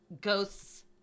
ghost's